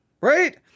right